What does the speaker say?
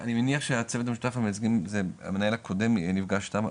אני מניח שהצוות המשותף של המייצגים זה המנהל הקודם נפגש איתם,